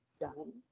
done